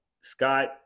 Scott